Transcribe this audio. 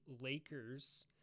Lakers